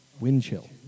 Windchill